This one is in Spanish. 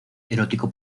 erótico